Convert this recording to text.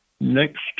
next